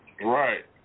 Right